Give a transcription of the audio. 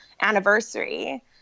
anniversary